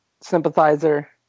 sympathizer